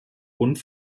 grund